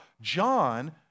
John